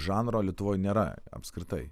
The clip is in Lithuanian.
žanro lietuvoj nėra apskritai